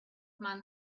man